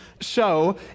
show